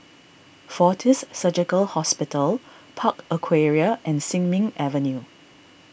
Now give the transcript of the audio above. fortis Surgical Hospital Park Aquaria and Sin Ming Avenue